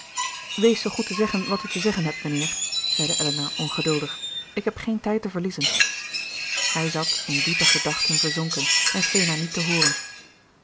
wees zoo goed te zeggen wat u te zeggen hebt mijnheer zeide elinor ongeduldig ik heb geen tijd te verliezen hij zat in diepe gedachten verzonken en scheen haar niet te hooren